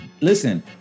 Listen